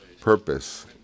purpose